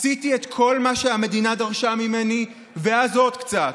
עשיתי את כל מה שהמדינה דרשה ממני, ואז עוד קצת.